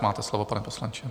Máte slovo, pane poslanče.